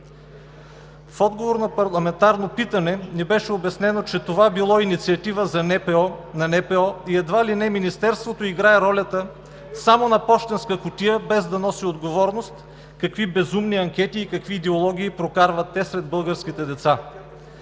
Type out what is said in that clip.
В отговор на парламентарно питане ни беше обяснено, че това било инициатива на НПО и едва ли не Министерството играе ролята само на пощенска кутия, без да носи отговорност какви безумни анкети и какви идеологии прокарват те сред българските деца.